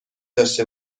داشته